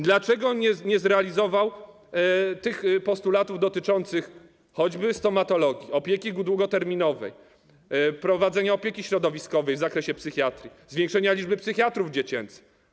Dlaczego nie zrealizował postulatów dotyczących choćby stomatologii, opieki długoterminowej, prowadzenia opieki środowiskowej w zakresie psychiatrii, zwiększenia liczby psychiatrów dziecięcych?